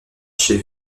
chez